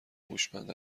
هوشمند